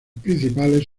principales